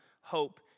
hope